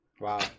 wow